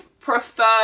Prefer